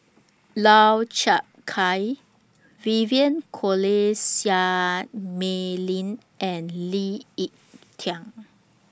Lau Chiap Khai Vivien Quahe Seah Mei Lin and Lee Ek Tieng